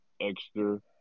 extra